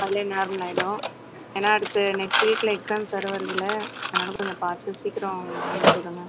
அதுலையே நார்மல் ஆயிடு ஏன்னா அடுத்து நெக்ஸ்ட் வீக்கில் எக்ஸாம்ஸ்லாம் வேறு வருதுல்ல அதனால் கொஞ்ச பார்த்து சீக்கரம் அம்ச்சிவிடுங்க